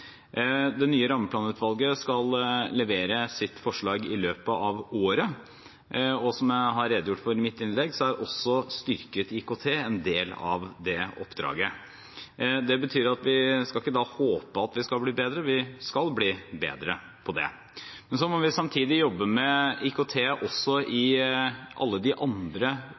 Det nye Rammeplanutvalget skal levere sitt forslag i løpet av året, og som jeg har redegjort for i mitt innlegg, er også et styrket IKT en del av det oppdraget. Det betyr ikke at vi da skal håpe at vi skal bli bedre. Vi skal bli bedre på det. Men så må vi samtidig jobbe med IKT også i